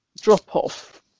drop-off